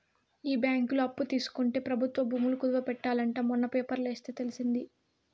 ఈ బ్యాంకులో అప్పు తీసుకుంటే ప్రభుత్వ భూములు కుదవ పెట్టాలి అంట మొన్న పేపర్లో ఎస్తే తెలిసింది